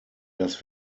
dass